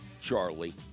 Charlie